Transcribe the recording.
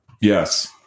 Yes